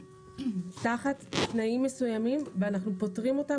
תחת תנאים מסוימים ואנחנו פוטרים אותם